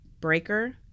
Breaker